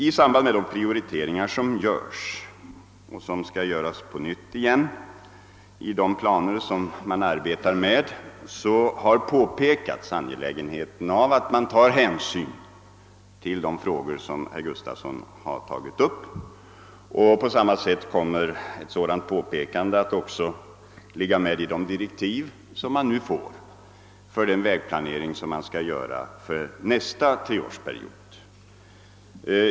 I samband med de prioriteringar som görs och som skall göras på nytt igen under detta år i de planer som man arbetar med har påpekats angelägenheten att ta hänsyn till de frågor som herr Gustavsson har berört. På samma sätt kommer ett sådant påpekande också att ligga med i direktiven för den vägplanering som man skall göra för nästa treårsperiod.